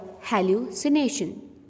hallucination